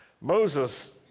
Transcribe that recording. Moses